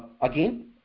again